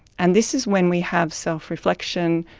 and this is when we have self-reflection,